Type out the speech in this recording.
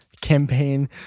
campaign